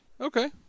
Okay